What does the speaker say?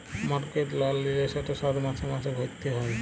mortgage লল লিলে সেট শধ মাসে মাসে ভ্যইরতে হ্যয়